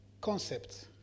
concepts